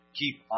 keep